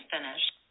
finished